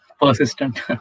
persistent